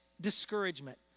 discouragement